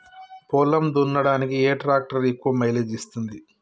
పొలం దున్నడానికి ఏ ట్రాక్టర్ ఎక్కువ మైలేజ్ ఇస్తుంది?